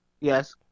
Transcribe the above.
Yes